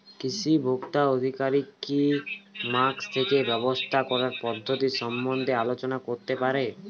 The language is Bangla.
কৃষি ভোক্তা আধিকারিক কি ই কর্মাস থেকে ব্যবসা করার পদ্ধতি সম্বন্ধে আলোচনা করতে পারে?